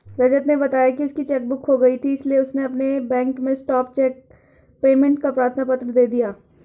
रजत ने बताया की उसकी चेक बुक खो गयी थी इसीलिए उसने अपने बैंक में स्टॉप चेक पेमेंट का प्रार्थना पत्र दे दिया